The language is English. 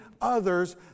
others